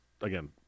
again